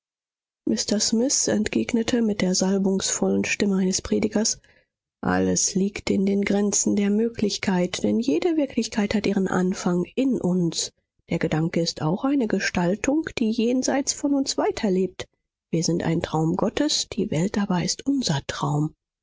mr smith entgegnete mit der salbungsvollen stimme eines predigers alles liegt in den grenzen der möglichkeit denn jede wirklichkeit hat ihren anfang in uns der gedanke ist auch eine gestaltung die jenseits von uns weiterlebt wir sind ein traum gottes die welt aber ist unser traum